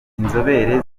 inzobere